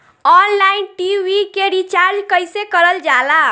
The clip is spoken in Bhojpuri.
ऑनलाइन टी.वी के रिचार्ज कईसे करल जाला?